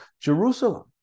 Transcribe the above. Jerusalem